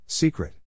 Secret